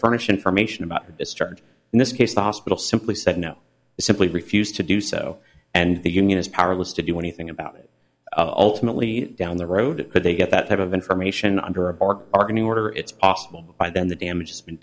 furnish information about this charge in this case the hospital simply said no simply refused to do so and the union is powerless to do anything about it alternately down the road could they get that type of information under a bargain our new order it's possible by then the damage has been